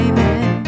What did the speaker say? Amen